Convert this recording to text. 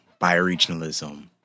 bioregionalism